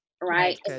right